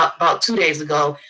about two days ago,